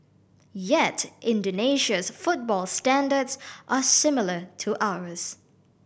yet Indonesia's football standards are similar to ours